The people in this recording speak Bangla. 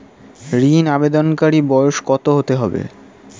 ঋন আবেদনকারী বয়স কত হতে হবে?